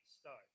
start